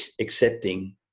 accepting